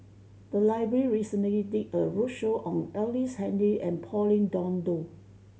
the library recently did a roadshow on Ellice Handy and Pauline Dawn Loh